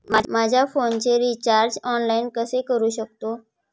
माझ्या फोनचे recharge online कसे करू शकतो?